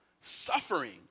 suffering